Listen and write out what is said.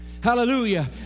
hallelujah